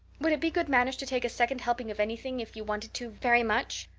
would it be good manners to take a second helping of anything if you wanted to very much?